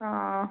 ആ ആ